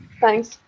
Thanks